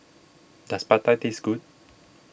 does Pada taste good